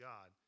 God